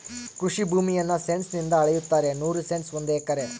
ಕೃಷಿ ಭೂಮಿಯನ್ನು ಸೆಂಟ್ಸ್ ನಿಂದ ಅಳೆಯುತ್ತಾರೆ ನೂರು ಸೆಂಟ್ಸ್ ಒಂದು ಎಕರೆ